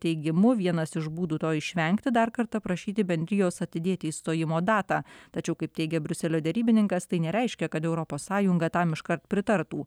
teigimu vienas iš būdų to išvengti dar kartą prašyti bendrijos atidėti išstojimo datą tačiau kaip teigė briuselio derybininkas tai nereiškia kad europos sąjunga tam iškart pritartų